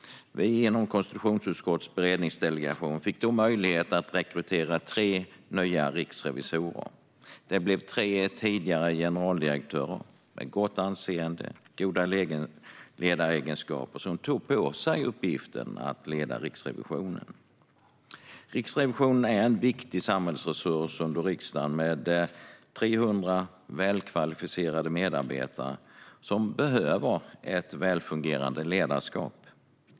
Vi inom konstitutionsutskottets beredningsdelegation fick då möjlighet att rekrytera tre nya riksrevisorer. Det blev tre tidigare generaldirektörer med gott anseende och goda ledaregenskaper som tog på sig uppgiften att leda Riksrevisionen. Riksrevisionen är en viktig samhällsresurs under riksdagen med 300 välkvalificerade medarbetare som behöver ett välfungerande ledarskap.